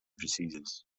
diseases